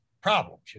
problems